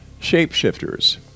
Shapeshifters